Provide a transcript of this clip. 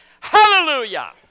Hallelujah